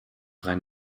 rein